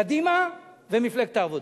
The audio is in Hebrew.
קדימה ומפלגת העבודה.